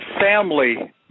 family